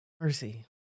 Mercy